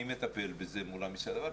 אני מטפל בזה מול המשרד.